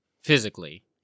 physically